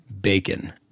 bacon